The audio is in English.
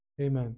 Amen